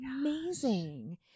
amazing